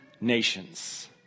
nations